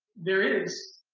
there is,